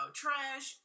trash